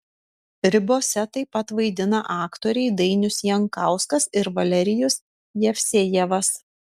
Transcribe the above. ribose taip pat vaidina aktoriai dainius jankauskas ir valerijus jevsejevas